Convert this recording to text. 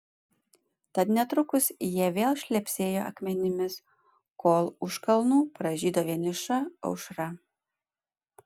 tad netrukus jie vėl šlepsėjo akmenimis kol už kalnų pražydo vieniša aušra